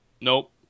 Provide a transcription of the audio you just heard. Nope